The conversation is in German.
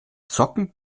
zocken